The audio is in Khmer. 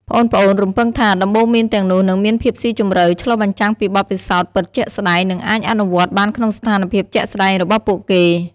ប្អូនៗរំពឹងថាដំបូន្មានទាំងនោះនឹងមានភាពស៊ីជម្រៅ ឆ្លុះបញ្ចាំងពីបទពិសោធន៍ពិតជាក់ស្ដែង និងអាចអនុវត្តបានក្នុងស្ថានភាពជាក់ស្ដែងរបស់ពួកគេ។